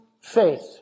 faith